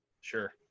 Sure